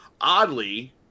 Oddly